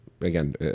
Again